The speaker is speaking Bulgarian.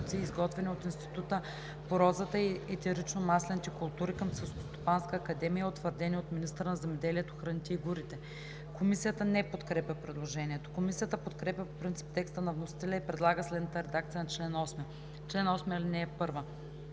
изготвени от Института по розата и етеричномаслените култури към Селскостопанската академия и утвърдени от министъра на земеделието, храните и горите.“ Комисията не подкрепя предложението. Комисията подкрепя по принцип предложението на вносителя и предлага следната редакция на чл. 8: „Чл. 8.